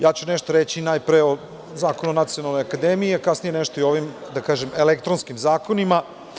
Najpre ću nešto reći o zakonu o Nacionalnoj akademiji, a kasnije nešto i o ovim, da kažem, elektronskim zakonima.